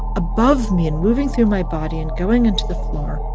above me and moving through my body and going into the floor.